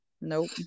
Nope